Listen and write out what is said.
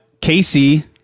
Casey